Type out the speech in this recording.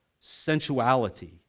sensuality